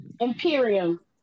Imperium